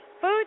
Food